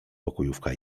pokojówka